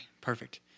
perfect